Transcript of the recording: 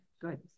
Good